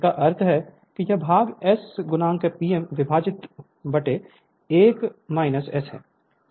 इसका अर्थ है कि यह भाग S P m विभाजित 1 S है